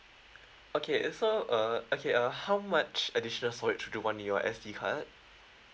okay so uh okay uh how much additional storage do you want on your S_D card